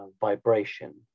vibration